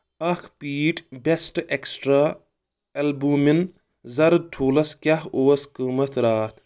اکھ پیٖٹۍ best extra albumin زرٕد ٹھوٗلس کیٛاہ اوس قۭمتھ راتھ